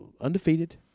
Undefeated